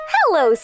Hello